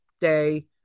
day